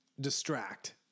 distract